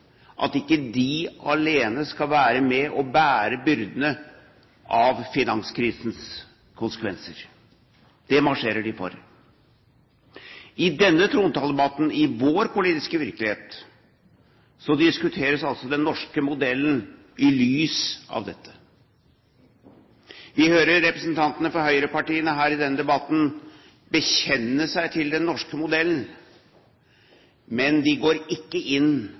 at ikke de alene skal være med og bære byrdene av finanskrisens konsekvenser. Det marsjerer de for. I denne trontaledebatten, i vår politiske virkelighet, diskuteres altså den norske modellen i lys av dette. Vi hører representantene fra høyrepartiene her i denne debatten bekjenne seg til den norske modellen, men de går ikke inn